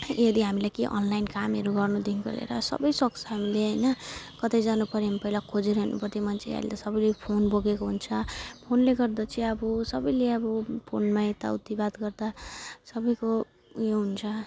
अहिले यदि हामीले केही अनलाइन कामहरू गर्नुदेखिन्को लिएर सबै सक्छ हामीले हैन कतै जानुपर्यो भने पहिला खोजिरहनु पर्थ्यो मान्छे अहिले त सबैले फोन बोकेको हुन्छ फोनले गर्दा चाहिँ अब सबैले अब फोनमा यताउति बात गर्दा सबैको ऊ यो हुन्छ